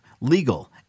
legal